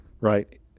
right